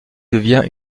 devient